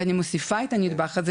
אני מוסיפה את הנדבך הזה